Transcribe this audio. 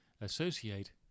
associate